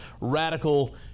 radical